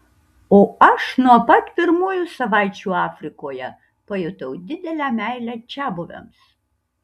o aš nuo pat pirmųjų savaičių afrikoje pajutau didelę meilę čiabuviams